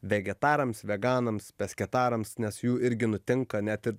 vegetarams veganams peskėtarams nes jų irgi nutinka net ir